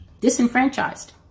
disenfranchised